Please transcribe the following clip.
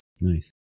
Nice